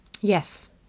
yes